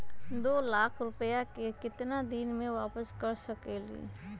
दो लाख रुपया के केतना दिन में वापस कर सकेली?